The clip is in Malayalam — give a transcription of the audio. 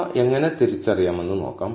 ഇവ എങ്ങനെ തിരിച്ചറിയാമെന്ന് നോക്കാം